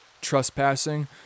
trespassing